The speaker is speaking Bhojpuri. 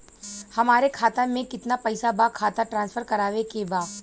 हमारे खाता में कितना पैसा बा खाता ट्रांसफर करावे के बा?